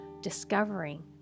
discovering